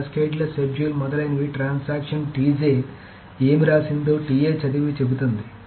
cascadeless schedule మొదలైనవి transaction ఏమి రాసిందో చదివి చెబుతుంది